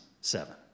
seven